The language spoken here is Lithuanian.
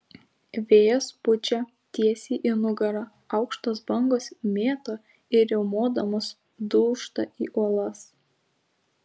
vėjas pučia tiesiai į nugarą aukštos bangos mėto ir riaumodamos dūžta į uolas